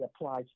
applies